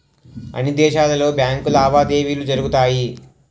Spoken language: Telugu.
అన్ని దేశాలలో బ్యాంకు లావాదేవీలు జరుగుతాయి